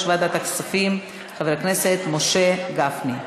ועדת הכספים חבר הכנסת משה גפני.